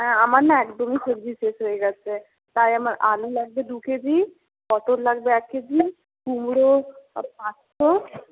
হ্যাঁ আমার না একদমই সবজি শেষ হয়ে গেছে তাই আমার আলু লাগবে দু কেজি পটল লাগবে এক কেজি কুমড়ো পাঁচশো